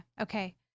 okay